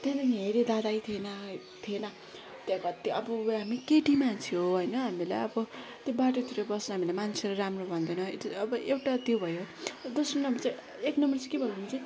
त्यहाँदेखि हेरेँ दादा थिएन थिएन त्यहाँ कति अब हामी केटी मान्छे हो होइन हामीलाई अब त्यो बाटोतिर बस्दा मान्छेले राम्रो भन्दैन अब एउटा त्यो भयो दोस्रो नम्बर चाहिँ एक नम्बर चाहिँ के भयो भने चाहिँ